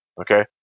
Okay